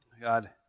God